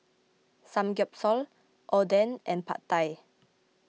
Samgyeopsal Oden and Pad Thai